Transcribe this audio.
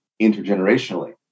intergenerationally